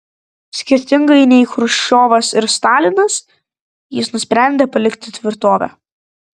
skirtingai nei chruščiovas ir stalinas jis nusprendė palikti tvirtovę